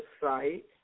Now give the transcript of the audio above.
site